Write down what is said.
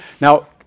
Now